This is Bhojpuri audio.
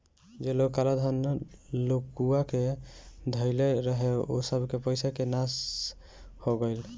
जे लोग काला धन लुकुआ के धइले रहे उ सबके पईसा के नाश हो गईल